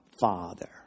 father